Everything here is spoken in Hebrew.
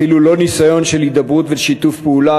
אפילו לא ניסיון של הידברות ושיתוף פעולה,